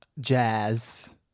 jazz